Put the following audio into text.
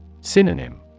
Synonym